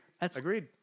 Agreed